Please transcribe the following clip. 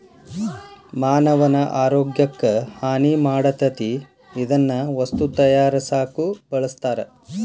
ಮಾನವನ ಆರೋಗ್ಯಕ್ಕ ಹಾನಿ ಮಾಡತತಿ ಇದನ್ನ ವಸ್ತು ತಯಾರಸಾಕು ಬಳಸ್ತಾರ